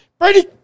ready